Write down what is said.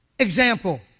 Example